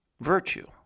virtue